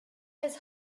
his